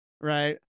right